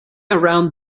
around